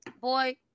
Boy